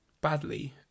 badly